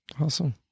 Awesome